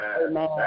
Amen